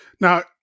Now